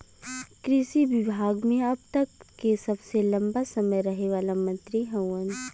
कृषि विभाग मे अब तक के सबसे लंबा समय रहे वाला मंत्री हउवन